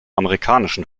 amerikanischen